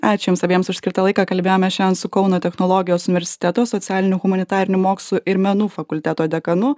ačiū jums abiems už skirtą laiką kalbėjome šiandien su kauno technologijos universiteto socialinių humanitarinių mokslų ir menų fakulteto dekanu